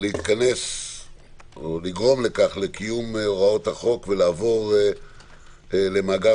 לגרום לקיום הוראות החוק ולעבור למאגר